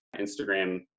Instagram